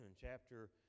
chapter